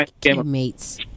teammates